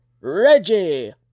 Reggie